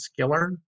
Skillern